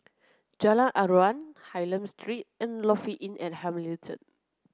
Jalan Aruan Hylam Street and Lofi Inn at Hamilton